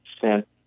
sent